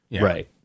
Right